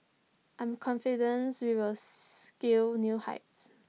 I'm confident we will scale new heights